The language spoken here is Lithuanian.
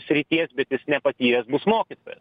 srities bet jis nepatyręs bus mokytojas